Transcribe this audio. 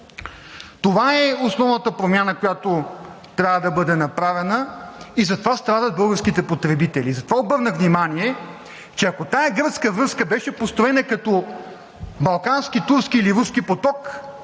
Това е основната промяна, която трябва да бъде направена, и затова страдат българските потребители. Затова обърнах внимание, че ако тази гръцка връзка беше построена като балкански, турски или руски поток,